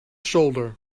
shoulder